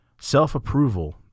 Self-approval